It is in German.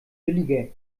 billiger